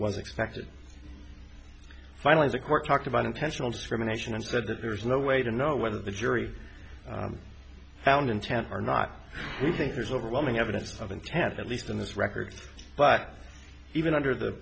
was expected finally the court talked about intentional discrimination and said that there's no way to know whether the jury found intent or not we think there's overwhelming evidence of intent at least in this record but even under the